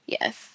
Yes